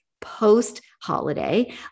post-holiday